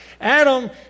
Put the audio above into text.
Adam